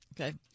okay